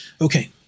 Okay